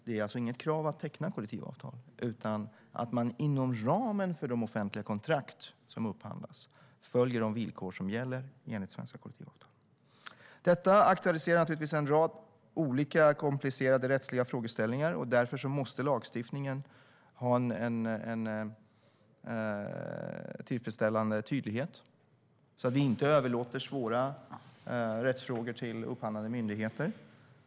Det är alltså inget krav att teckna kollektivavtal, men inom ramen för de offentliga kontrakt som upphandlas ska man följa de villkor som gäller enligt svenska kollektivavtal. Detta aktualiserar en rad olika komplicerade rättsliga frågeställningar. Därför måste lagstiftningen ha en tillfredsställande tydlighet, så att vi inte överlåter svåra rättsfrågor till upphandlande myndigheter.